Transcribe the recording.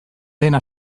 dena